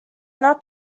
not